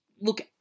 look